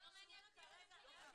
זה לא מעניין ------ את